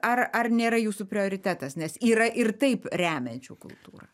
ar ar nėra jūsų prioritetas nes yra ir taip remiančių kultūrą